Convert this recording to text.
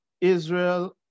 Israel